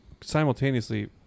simultaneously